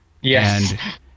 Yes